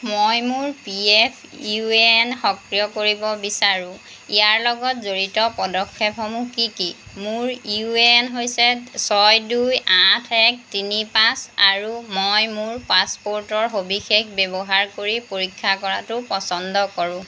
মই মোৰ P F U A N সক্ৰিয় কৰিব বিচাৰো ইয়াৰ লগত জড়িত পদক্ষেপসমূহ কি কি মোৰ ইউ এ এন হৈছে ছয় দুই আঠ এক তিনি পাঁচ আৰু মই মোৰ পাছপোৰ্টৰ সবিশেষ ব্যৱহাৰ কৰি পৰীক্ষা কৰাটো পচন্দ কৰোঁ